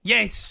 Yes